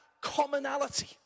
commonality